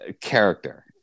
Character